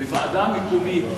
בוועדה מקומית,